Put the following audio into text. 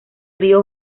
río